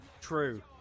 true